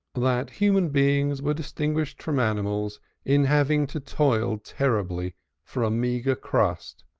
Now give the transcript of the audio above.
that human beings were distinguished from animals in having to toil terribly for a meagre crust,